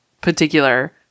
particular